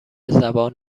زبان